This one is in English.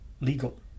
legal